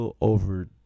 over